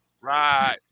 Right